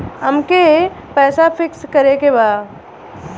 अमके पैसा फिक्स करे के बा?